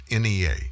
NEA